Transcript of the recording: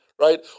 right